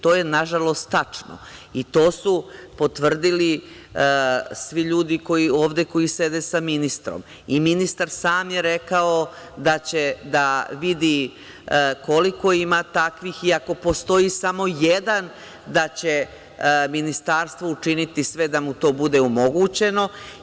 To je nažalost tačno i to su potvrdili svi ljudi koji sede sa ministrom i sam ministar je rekao da će da vidi koliko ima takvih i ako postoji samo jedan da će Ministarstvo učiniti sve da mu to bude omogućeno.